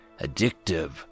addictive